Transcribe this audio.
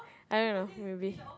I don't know maybe